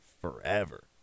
forever